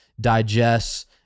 digests